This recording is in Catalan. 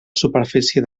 superfície